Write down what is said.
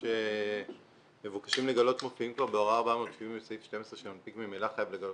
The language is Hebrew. אז יש לקוחות שעדיף שהפקיד ירים אליהם טלפון און-ליין ויגיד להם: